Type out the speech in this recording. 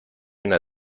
una